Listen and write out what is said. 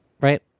right